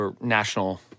national